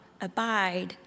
abide